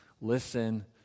Listen